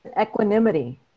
equanimity